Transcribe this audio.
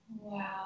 wow